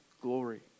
glory